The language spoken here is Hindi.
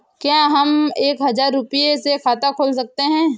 क्या हम एक हजार रुपये से खाता खोल सकते हैं?